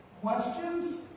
questions